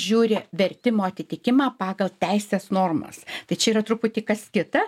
žiūri vertimo atitikimą pagal teisės normas tai čia yra truputį kas kita